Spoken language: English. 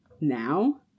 now